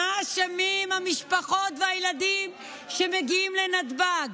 מה אשמות המשפחות והילדים שמגיעים לנתב"ג?